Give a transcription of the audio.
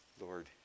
Lord